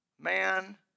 Man